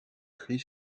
christ